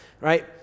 Right